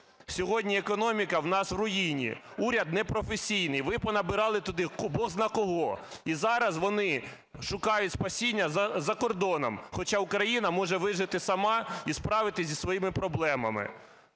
Сьогодні економіка в нас в руїні, уряд непрофесійний. Ви понабирали туди бозна кого. І зараз вони шукають спасіння за кордоном, хоча Україна може вижити сама і справитися зі своїми проблемами.